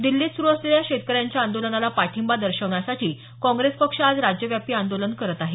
दिल्लीत सुरू असलेल्या शेतकऱ्यांच्या आंदोलनाला पाठिंबा दर्शवण्यासाठी काँग्रेस पक्ष आज राज्यव्यापी आंदोलन करत आहे